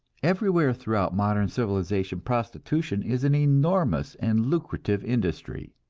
everywhere throughout modern civilization prostitution is an enormous and lucrative industry.